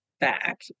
back